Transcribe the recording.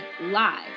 live